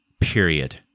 period